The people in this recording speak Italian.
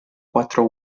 quattro